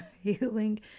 Healing